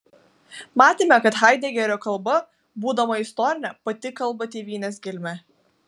matėme kad haidegerio kalba būdama istorinė pati kalba tėvynės gelme